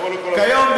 כיום,